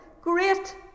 great